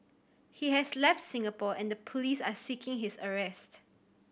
he has left Singapore and the police are seeking his arrest